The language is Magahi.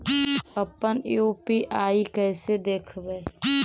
अपन यु.पी.आई कैसे देखबै?